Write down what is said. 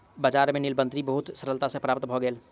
बजार में नीलबदरी बहुत सरलता सॅ प्राप्त भ गेल